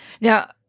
Now